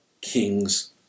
king's